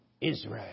Israel